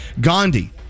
Gandhi